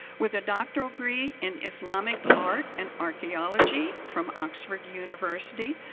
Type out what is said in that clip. with a doctoral degree in islamic art and archeology from oxford university,